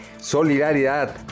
Solidaridad